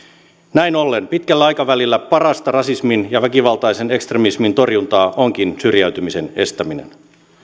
näin ollen pitkällä aikavälillä parasta rasismin ja väkivaltaisen ekstremismin torjuntaa onkin syrjäytymisen estäminen